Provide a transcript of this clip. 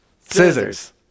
Scissors